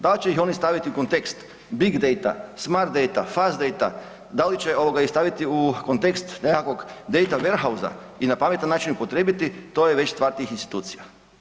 Da li će ih oni staviti u kontekst big date, smart date, fast date, da li će ih staviti u kontekst nekakvog date warehouse i na pametan način unaprijediti, to je već stvar tih institucija.